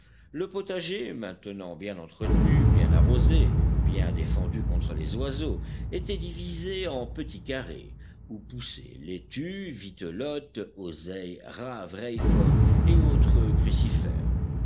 le potager maintenant bien entretenu bien arrosé bien défendu contre les oiseaux était divisé en petits carrés où poussaient laitues vitelottes oseille raves raifort et autres crucifères